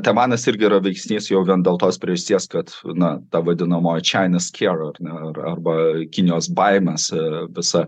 taivanas irgi yra veiksnys jau vien dėl tos priežasties kad na ta vadinamoji čiaina skeror ar ne arba kinijos baimės visa